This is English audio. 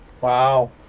Wow